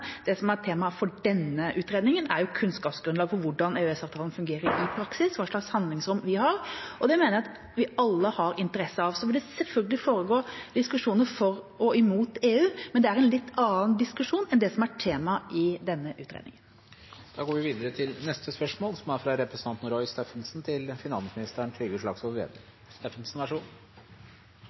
Det som er tema for denne utredningen, er kunnskapsgrunnlag for hvordan EØS-avtalen fungerer i praksis, og hva slags handlingsrom vi har, og det mener jeg vi alle har interesse av. Så vil det selvfølgelig foregå diskusjoner for og imot EU, men det er litt andre diskusjoner enn det som er tema i denne utredningen.